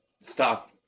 Stop